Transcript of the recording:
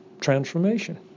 transformation